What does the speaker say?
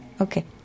Okay